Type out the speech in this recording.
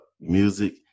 music